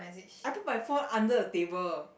I put my phone under the table